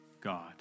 God